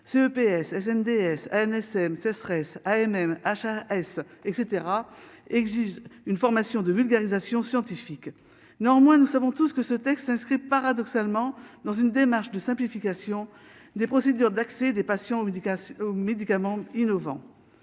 PS NDS ANSM sécheresse AMM H. et caetera exige une formation de vulgarisation scientifique, néanmoins, nous savons tous que ce texte s'inscrit paradoxalement dans une démarche de simplification des procédures d'accès des patients aux médicament aux